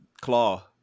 claw